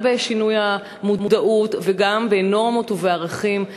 גם בשינוי המודעות וגם בנורמות ובערכים,